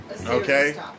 Okay